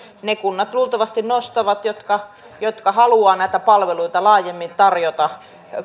ne kunnat luultavasti nostavat jotka jotka haluavat näitä palveluita laajemmin tarjota